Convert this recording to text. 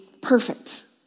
perfect